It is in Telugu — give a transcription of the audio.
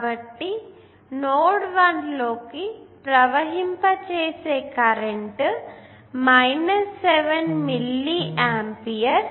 కాబట్టి నోడ్ 1 లోకి ప్రవహింపచేసే కరెంట్ 7 మిల్లీ ఆంపియర్